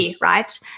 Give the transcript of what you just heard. right